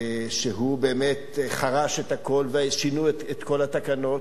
והוא באמת חרש את הכול ושינו את כל התקנות.